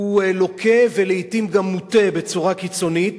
לוקה ולעתים גם מוטה בצורה קיצונית.